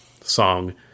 song